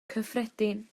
cyffredin